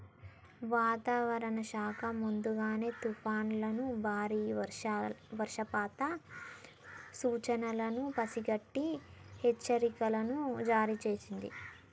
వాతావరణ శాఖ ముందుగానే తుఫానులను బారి వర్షపాత సూచనలను పసిగట్టి హెచ్చరికలను జారీ చేస్తుంది